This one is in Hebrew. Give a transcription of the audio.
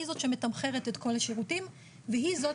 היא זאת שמתמחרת את כל השירותים והיא זאת